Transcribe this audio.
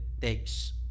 takes